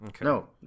No